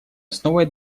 основой